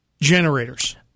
generators